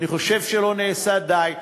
אני חושב שלא נעשה די.